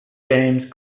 james